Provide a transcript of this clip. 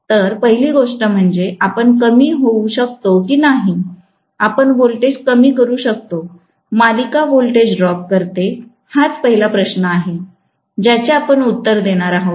तर पहिली गोष्ट म्हणजे आपण कमी होऊ शकतो की नाही आपण व्होल्टेज कमी करू शकतो मालिका व्होल्टेज ड्रॉप करते हाच पहिला प्रश्न आहे ज्याचे आपण उत्तर देणार आहोत